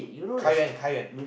Kai-Yuan Kai-Yuan